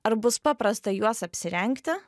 ar bus paprasta juos apsirengti